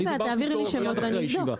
אין בעיה, תעבירי לי שמות ואני אבדוק.